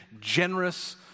generous